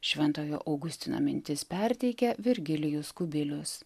šventojo augustino mintis perteikia virgilijus kubilius